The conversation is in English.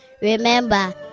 Remember